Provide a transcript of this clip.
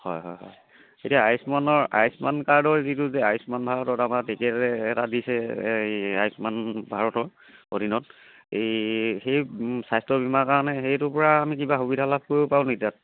হয় হয় হয় এতিয়া আয়ুস্মানৰ আয়ুস্মান কাৰ্ডৰ যিটো যে আয়ুস্মান ভাৰতত আমাৰ তেতিয়া যে এটা দিছে এই আয়ুস্মান ভাৰতৰ অধীনত এই সেই বি স্বাস্থ্য বীমাৰ কাৰণে সেইটোৰ পৰা আমি কিবা সুবিধা লাভ কৰিব পাৰোনি তাত